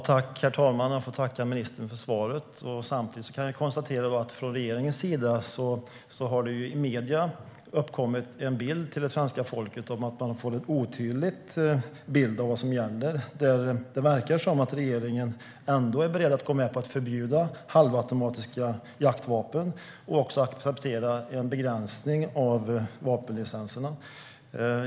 Herr talman! Jag vill tacka ministern för svaret. Jag kan samtidigt konstatera att det i medierna har förmedlats en otydlig bild till svenska folket om vad som gäller. Det verkar ändå som att regeringen är beredd att gå med på att förbjuda halvautomatiska jaktvapen och att acceptera en begränsning av vapenlicenserna.